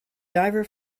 diver